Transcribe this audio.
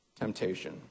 temptation